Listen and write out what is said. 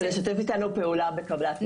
ולשתף איתנו פעולה בקבלת נתונים.